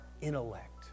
intellect